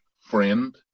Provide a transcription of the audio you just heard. friend